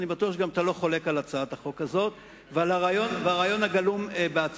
ואני גם בטוח שאתה לא חולק על הצעת החוק הזאת ועל הרעיון הגלום בה.